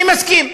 אני מסכים.